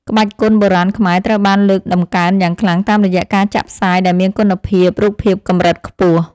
ក្បាច់គុនបុរាណខ្មែរត្រូវបានលើកតម្កើងយ៉ាងខ្លាំងតាមរយៈការចាក់ផ្សាយដែលមានគុណភាពរូបភាពកម្រិតខ្ពស់។